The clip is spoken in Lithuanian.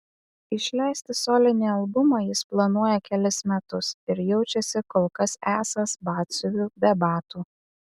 išleisti solinį albumą jis planuoja kelis metus ir jaučiasi kol kas esąs batsiuviu be batų